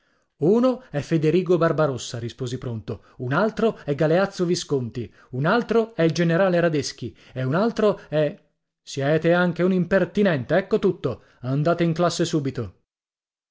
uno è federigo barbarossa risposi pronto un altro è galeazzo visconti un altro è il generale radeschi e un altro è siete anche un impertinente ecco tutto andate in classe subito